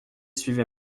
suivez